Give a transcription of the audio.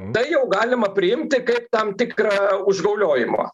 tai jau galima priimti kaip tam tikrą užgauliojimą